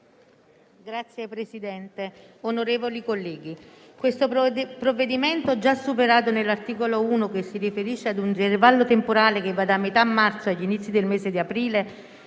Signor Presidente, onorevoli colleghi, il provvedimento al nostro esame, già superato nell'articolo 1, che si riferisce ad un intervallo temporale che va da metà marzo agli inizi del mese di aprile,